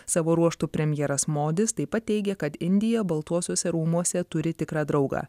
savo ruožtu premjeras modis taip pat teigia kad indija baltuosiuose rūmuose turi tikrą draugą